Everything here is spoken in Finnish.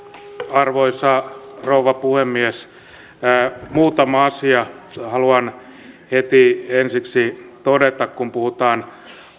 arvoisa rouva puhemies muutama asia haluan heti ensiksi todeta kun puhutaan